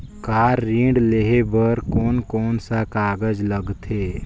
Car ऋण लेहे बार कोन कोन सा कागज़ लगथे?